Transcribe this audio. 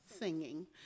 Singing